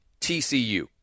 TCU